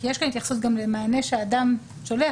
כי יש כאן התייחסות למענה שאדם שולח,